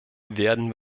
werden